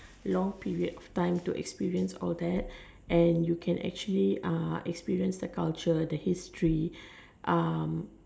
long period of time to experience all that and you can actually uh experience the culture the history um